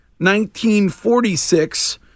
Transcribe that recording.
1946